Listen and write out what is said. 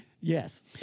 Yes